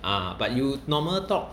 ah but you normal talk